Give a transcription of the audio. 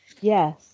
Yes